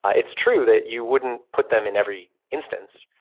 it's true that you wouldn't put them in every instance.